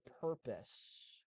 purpose